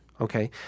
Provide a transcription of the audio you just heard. okay